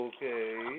Okay